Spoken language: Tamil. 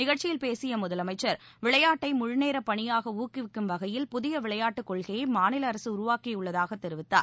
நிகழ்ச்சியில் பேசிய முதலமைச்சர் திரு சோனோவால் விளையாட்டை முழுநேரப் பணியாக ஊக்குவிக்கும் வகையில் புதிய விளையாட்டுக் கொள்கையை மாநில அரசு உருவாக்கியுள்ளதாக தெரிவித்தார்